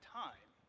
time